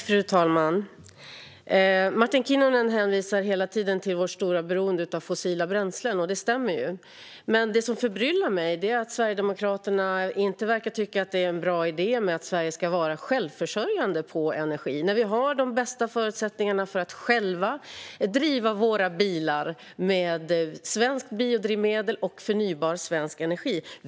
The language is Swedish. Fru talman! Martin Kinnunen hänvisar hela tiden till vårt stora beroende av fossila bränslen, och det stämmer att beroendet finns. Men det som förbryllar mig är att Sverigedemokraterna inte verkar tycka att det är en bra idé att Sverige ska vara självförsörjande när det gäller energi. Vi har ju de bästa förutsättningar för att driva våra bilar själva, med svenskt biodrivmedel och svensk förnybar energi.